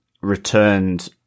returned